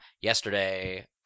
yesterday